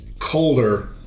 colder